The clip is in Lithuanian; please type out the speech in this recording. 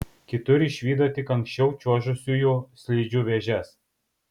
kitur išvydo tik anksčiau čiuožusiųjų slidžių vėžes